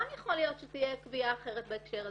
גם יכול להיות שתהיה קביעה אחרת בהקשר הזה.